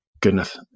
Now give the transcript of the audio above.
goodness